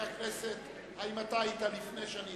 האם היית לפני שהצבעתי?